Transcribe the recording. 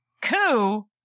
coup